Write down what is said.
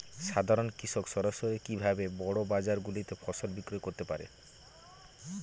সাধারন কৃষক সরাসরি কি ভাবে বড় বাজার গুলিতে ফসল বিক্রয় করতে পারে?